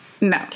No